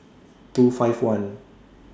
two five one